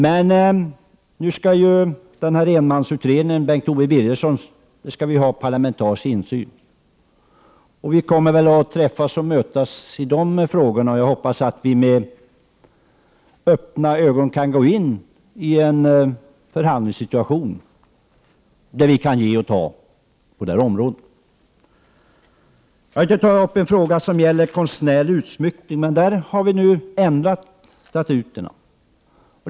Men nu skall vi ju ha parlamentarisk insyn i enmansutredaren Bengt Owe Birgerssons arbete, och vi kommer väl att mötas i de sammanhangen. Jag hoppas att vi med öppna ögon kan gå in i en förhandlingssituation där vi kan ge och ta på det här området. Jag tänkte också ta upp en fråga som gäller konstnärlig utsmyckning. Där har vi nu ändrat statuterna.